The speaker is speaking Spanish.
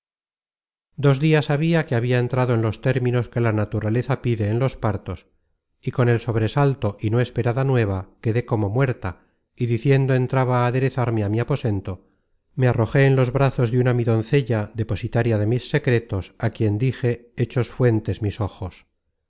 dos dias habia que habia entrado en los términos que la naturaleza pide en los partos y con el sobresalto y no esperada nueva quedé como muerta y diciendo entraba á aderezarme á mi aposento me arrojé en los brazos de una mi doncella depositaria de mis secretos á quien dije hechos fuentes mis ojos